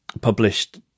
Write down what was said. published